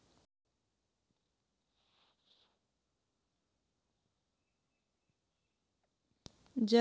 जब मुद्रा संकुचन कर इस्थिति बनथे तब ओ समे में मुद्रा दर में कमी कइर देथे